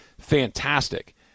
fantastic